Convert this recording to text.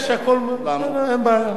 יש הכול, אין בעיה.